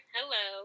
Hello